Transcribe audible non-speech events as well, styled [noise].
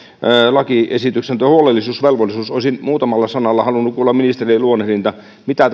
lakiesityksessä on huolellisuusvelvollisuus olisin muutamalla sanalla halunnut kuulla ministerin luonnehdinnan siitä mitä [unintelligible]